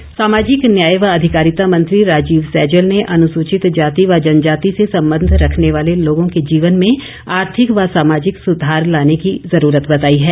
सैजल सामाजिक न्याय व अधिकारिता मंत्री राजीव सैजल ने अनुसूचितजाति व जनजाति से संबंध रखने वाले लोगों के जीवन में आर्थिक व सामाजिक सुधार लाने की जरूरत बताई है